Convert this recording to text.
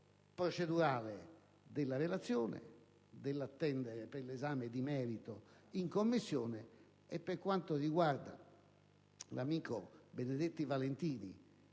procedurale della relazione e sull'attesa per l'esame di merito in Commissione. Per quanto riguarda l'amico Benedetti Valentini